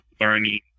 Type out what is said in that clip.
learning